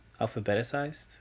alphabetized